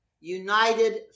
united